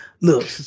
Look